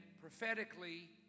prophetically